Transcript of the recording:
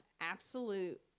absolute